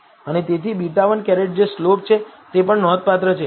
અને તેથી β̂ 1 જે સ્લોપ છે તે પણ નોંધપાત્ર છે